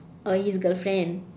oh his girlfriend